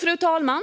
Fru talman!